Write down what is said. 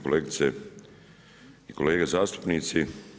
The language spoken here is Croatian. Kolegice i kolege zastupnici.